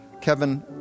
Kevin